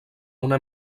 una